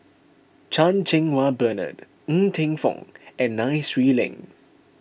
Chan Cheng Wah Bernard Ng Teng Fong and Nai Swee Leng